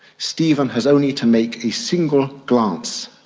stephen has only to make a single glance,